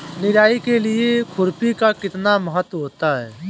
निराई के लिए खुरपी का कितना महत्व होता है?